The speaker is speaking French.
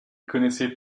connaissait